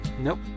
nope